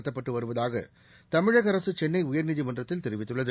நடத்தப்பட்டு வருவதாக தமிழக அரசு சென்னை உயர்நீதிமன்றத்தில் தெரிவித்துள்ளது